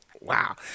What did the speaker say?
Wow